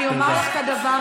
תודה.